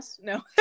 no